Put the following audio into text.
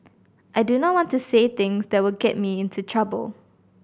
I do not want to say things that will get me into trouble